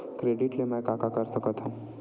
Credit ले मैं का का कर सकत हंव?